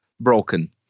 broken